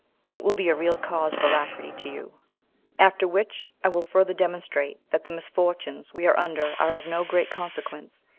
it will be a real cause of alacrity to you after which i will further demonstrate, that the misfortunes we are under are of no great consequence,